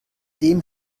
dem